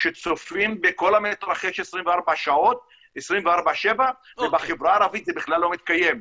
שצופים בכל המתרחש 24/7 ובחברה הערבית זה בכלל לא מתקיים.